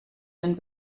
den